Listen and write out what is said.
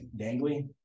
dangly